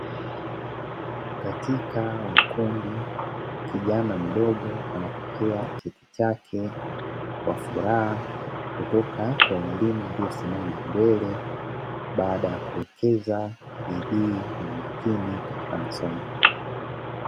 Katika ukumbi, kijana mdogo anapokea cheti chake kwa furaha kutoka kwa mwalimu aliyosimama mbele baada ya kuwekeza bidii na umakini katika masomo.